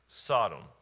Sodom